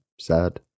Sad